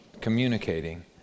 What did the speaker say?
communicating